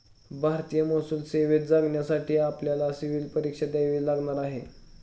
भारतीय महसूल सेवेत जाण्यासाठी आपल्याला सिव्हील परीक्षा द्यावी लागणार आहे